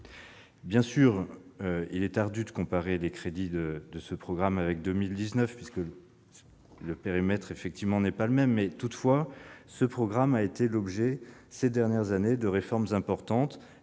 efficacité. Il est ardu de comparer les crédits de ce programme avec 2019, le périmètre n'étant plus le même. Toutefois, ce programme a été l'objet ces dernières années de réformes importantes.